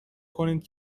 کنید